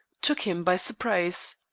took him by surprise.